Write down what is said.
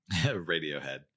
Radiohead